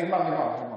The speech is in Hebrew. נגמר, נגמר.